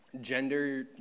gender